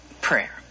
prayer